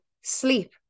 sleep